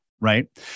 Right